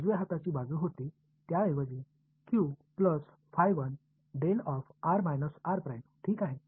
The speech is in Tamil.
எனவே நமக்கு ஒரு இருக்கும் வெளிப்பாடு போய்விடும் இப்போது நான் வலது புறத்தில் இருக்கிறேன்